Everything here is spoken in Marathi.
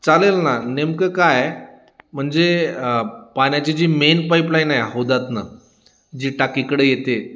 चालेल ना नेमकं काय म्हणजे पाण्याची जी मेन पाईपलाईन आहे हौदातून जी टाकीकडे येते